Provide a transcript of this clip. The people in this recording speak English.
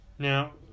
Now